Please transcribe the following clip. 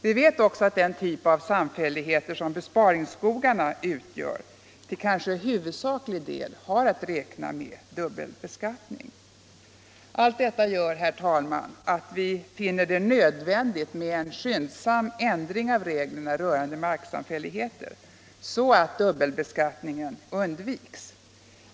Vi vet också att den typ av samfälligheter som besparingsskogarna utgör kanske till huvudsaklig del har att räkna med dubbelbeskattning. Allt detta gör, herr talman, att vi finner det nödvändigt med en skyndsam ändring av reglerna rörande marksamfälligheter så att dubbelbeskattningen undviks.